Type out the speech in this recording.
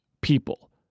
people